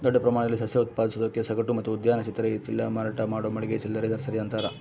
ದೊಡ್ಡ ಪ್ರಮಾಣದಲ್ಲಿ ಸಸ್ಯ ಉತ್ಪಾದಿಸೋದಕ್ಕೆ ಸಗಟು ಮತ್ತು ಉದ್ಯಾನ ಇತರೆ ಚಿಲ್ಲರೆ ಮಾರಾಟ ಮಾಡೋ ಮಳಿಗೆ ಚಿಲ್ಲರೆ ನರ್ಸರಿ ಅಂತಾರ